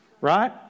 right